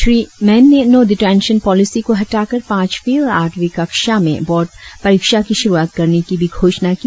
श्री मैन ने no detention policy को हटाकर पांचवी और आठवीं कक्ष आमें बोर्ड परीक्षा की शुरुआत करने की भी घोषणा की